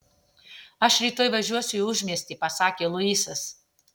aš rytoj važiuosiu į užmiestį pasakė luisas